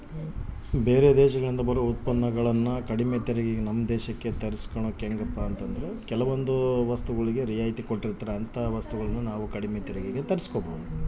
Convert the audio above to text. ಬೇರೆ ದೇಶಗಳಿಂದ ಬರೊ ಉತ್ಪನ್ನಗುಳನ್ನ ಕಡಿಮೆ ತೆರಿಗೆಗೆ ನಮ್ಮ ದೇಶಕ್ಕ ತರ್ಸಿಕಬೊದು